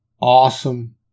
awesome